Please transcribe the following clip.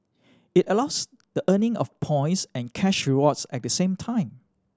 it allows the earning of points and cash rewards at the same time